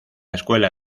escuela